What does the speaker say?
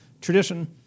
tradition